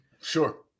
sure